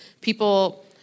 people